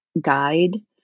guide